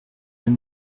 این